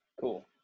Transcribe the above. Cool